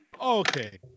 Okay